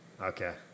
Okay